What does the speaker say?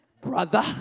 brother